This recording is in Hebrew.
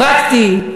פרקטי,